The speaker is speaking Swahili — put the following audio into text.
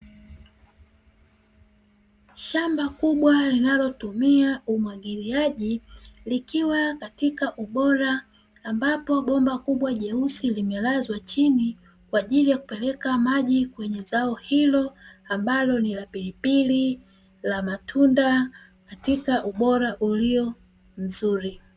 Shamba kubwa linalotumia umwagiliaji likiwa katika ubora ambapo bomba kubwa jeusi limelazwa chini kwa ajili ya kupeleka maji kwenye zao hilo ambalo ni la pilipili, la matunda katika ubora ulio mzuri.